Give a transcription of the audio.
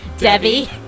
Debbie